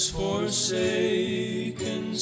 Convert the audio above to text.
forsaken